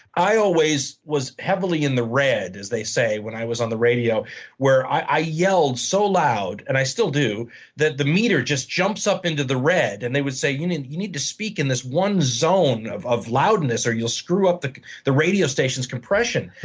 i always was heavily in the red, as they say, when i was on the radio where i yelled so loud and i still do that the meter just jumps up into the red. and they would say you need to speak in this one zone of of loudness or you'll screw up the the radio station's compression.